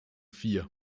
vier